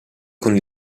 con